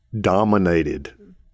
dominated